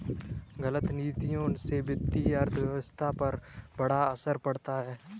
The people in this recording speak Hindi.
गलत नीतियों से वित्तीय अर्थव्यवस्था पर बड़ा असर पड़ता है